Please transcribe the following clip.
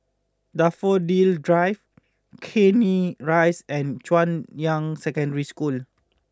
Daffodil Drive Canning Rise and Junyuan Secondary School